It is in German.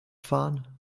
fahren